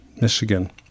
Michigan